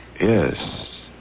Yes